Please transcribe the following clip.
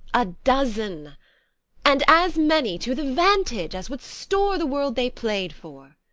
a dozen and as many to the vantage as would store the world they play'd for.